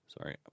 Sorry